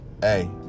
Hey